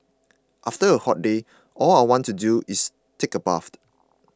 after a hot day all I want to do is take a bath